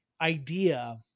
idea